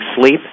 sleep